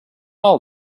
all